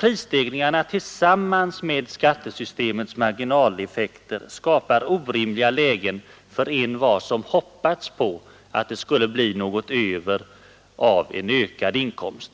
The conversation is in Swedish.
Prisstegringarna tillsammans med skattesystemets marginaleffekter skapar orimliga lägen för envar som hoppats på att det ska bli något kvar av en ökad inkomst.